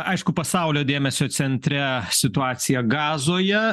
aišku pasaulio dėmesio centre situacija gazoje